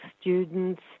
students